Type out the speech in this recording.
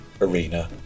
arena